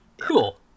Cool